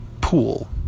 pool